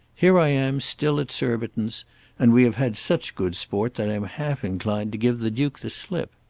here i am still at surbiton's and we have had such good sport that i'm half inclined to give the duke the slip.